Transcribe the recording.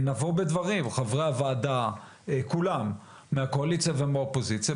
נבוא בדברים חברי הוועדה כולם מהקואליציה ומהאופוזיציה,